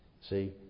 See